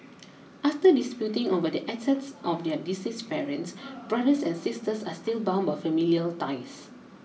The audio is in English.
after disputing over the assets of their deceased parents brothers and sisters are still bound by familial ties